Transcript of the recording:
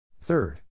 Third